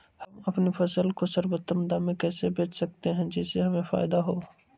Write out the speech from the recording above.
हम अपनी फसल को सर्वोत्तम दाम में कैसे बेच सकते हैं जिससे हमें फायदा हो?